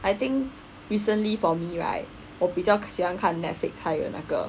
I think recently for me right 我比较喜欢看 Netflix 还有那个